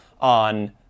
on